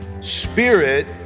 spirit